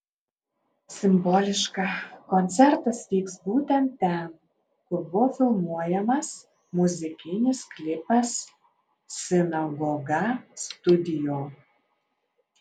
simboliška koncertas vyks būtent ten kur buvo filmuojamas muzikinis klipas sinagoga studio